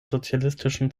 sozialistischen